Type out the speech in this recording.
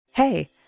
Hey